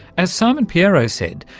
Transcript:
as simon pierro said,